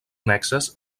annexes